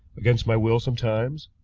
against my will sometimes,